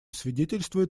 свидетельствует